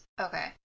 Okay